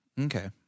okay